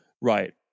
right